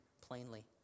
plainly